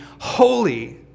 holy